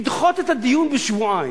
לדחות את הדיון בשבועיים.